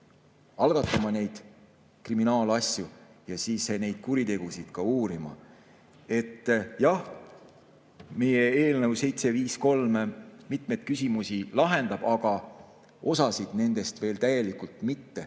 algatama kriminaalasja ja neid kuritegusid ka uurima. Jah, meie eelnõu 753 mitmeid küsimusi lahendab, aga osa nendest veel täielikult mitte.